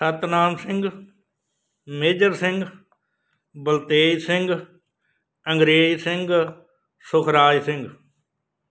Satnam Singh Major Singh Baltej Singh Angrez Singh Sukhraj Singh